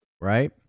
right